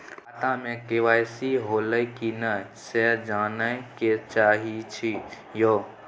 खाता में के.वाई.सी होलै की नय से जानय के चाहेछि यो?